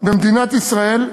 במדינת ישראל,